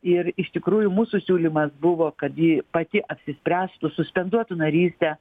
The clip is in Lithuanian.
ir iš tikrųjų mūsų siūlymas buvo kad ji pati apsispręstų suspenduotų narystę